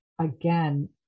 again